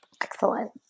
Excellent